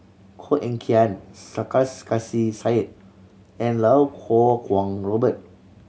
Koh Eng Kian Sarkasi Said and Iau Kuo Kwong Robert